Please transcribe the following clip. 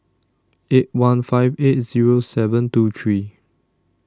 eight one five eight Zero seven two three